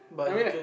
I mean like